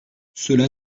cela